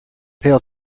pail